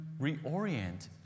reorient